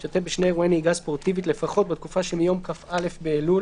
והשתתף בשני אירועי נהיגה ספורטיבית לפחות במהלך התקופה שמיום כ"א באלול